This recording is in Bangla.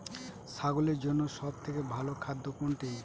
ছাগলের জন্য সব থেকে ভালো খাদ্য কোনটি?